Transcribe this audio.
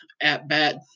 at-bat